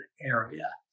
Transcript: area